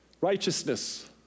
righteousness